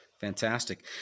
Fantastic